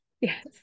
Yes